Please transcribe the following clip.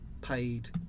paid